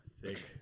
thick